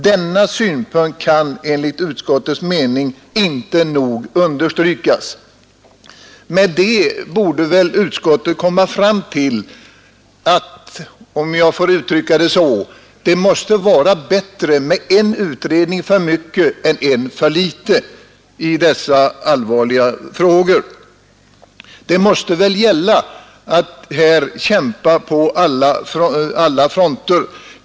Denna synpunkt kan enligt utskottets mening inte nog understrykas.” Detta uttalande borde leda fram till att — om jag så får uttrycka mig — det måste vara bättre med en utredning för mycket än en för litet i dessa allvarliga frågor. Det måste vara fråga om en kamp på alla fronter.